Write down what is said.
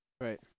Right